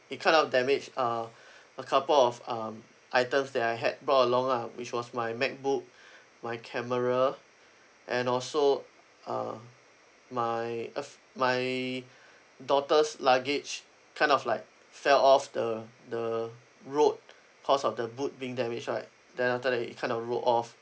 it kind of damage uh a couple of um items that I had brought along lah which was my MacBook my camera and also uh my af~ my daughter's luggage kind of like fell off the the road cause of the boot being damage right then after that it it kind of roll off